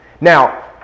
Now